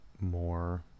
more